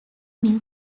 new